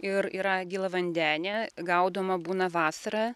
ir yra gėlavandenė gaudoma būna vasarą